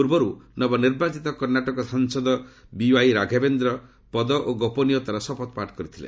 ପୂର୍ବରୁ ନବନିର୍ବାଚିତ କର୍ଷାଟକ ସାଂସଦ ବିୱାଇରାଘବେନ୍ଦ୍ର ପଦ ଓ ଗୋପନୀୟତାର ଶପଥପାଠ କରିଥିଲେ